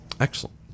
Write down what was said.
Excellent